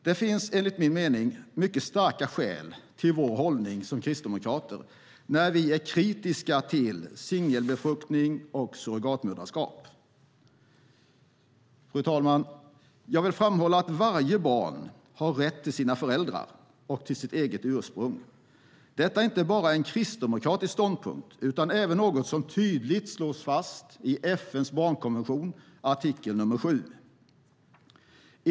Det finns enligt min mening mycket starka skäl till vår hållning som kristdemokrater när vi är kritiska till singelbefruktning och surrogatmoderskap. Jag vill framhålla att varje barn har rätt till sina föräldrar och till sitt eget ursprung. Detta är inte bara en kristdemokratisk ståndpunkt utan även något som tydligt slås fast i FN:s barnkonvention, artikel 7.